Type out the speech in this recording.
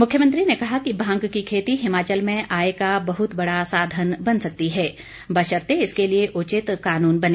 मुख्यमंत्री ने कहा कि भांग की खेती हिमाचल में आय का बहुत बड़ा साधन बन सकती है बशर्ते इसके लिए उचित कानून बने